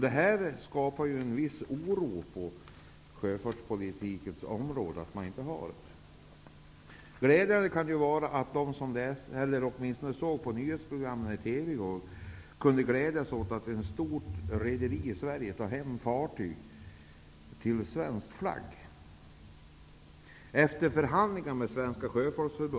Det skapar en viss oro inom sjöfartens område att man inte har en sådan. De som såg på nyhetsprogrammen på TV i går kunde dock glädjas åt att ett stort rederi i Sverige efter förhandlingar med Svenska sjöfolksförbundet skall föra in fartyg under svensk flagg.